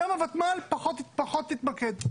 שם הוותמ"ל פחות התמקדה.